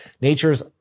nature's